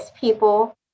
people